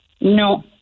No